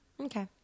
okay